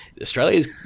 Australia's